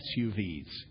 SUVs